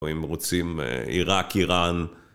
או אם רוצים עיראק, עיראן.